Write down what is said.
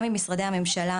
גם ממשרדי הממשלה,